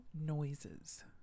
noises